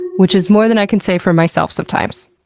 which is more than i can say for myself sometimes.